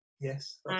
yes